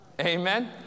Amen